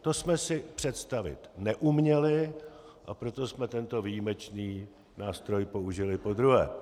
To jsme si představit neuměli, a proto jsme tento výjimečný nástroj použili podruhé.